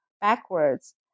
backwards